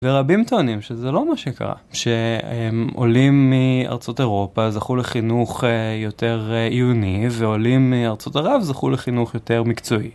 ורבים טוענים שזה לא מה שקרה, שעולים מארצות אירופה, זכו לחינוך יותר עיוני, ועולים מארצות ערב, זכו לחינוך יותר מקצועי.